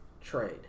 trade